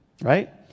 right